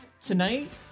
Tonight